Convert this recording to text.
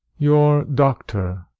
your doctor.